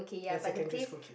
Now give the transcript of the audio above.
and secondary school kid